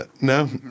no